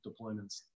deployments